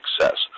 success